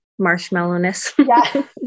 marshmallowness